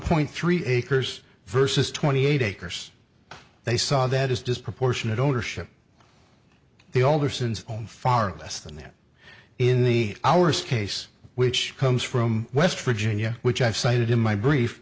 point three acres versus twenty eight acres they saw that is disproportionate ownership the alderson's own far less than that in the hours case which comes from west virginia which i've cited in my brief